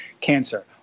cancer